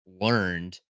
learned